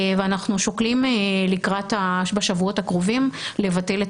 ואנחנו שוקלים בשבועות הקרובים לבטל את